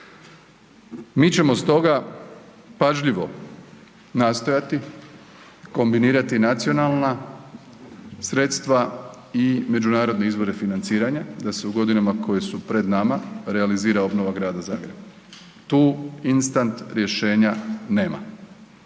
Mi ćemo stoga pažljivo nastojati kombinirati nacionalna sredstva i međunarodne izvore financiranja da se u godinama koje su pred nama realizira obnova Grada Zagreba. Tu instant rješenja nema,